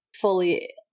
fully